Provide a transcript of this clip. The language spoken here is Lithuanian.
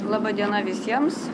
laba diena visiems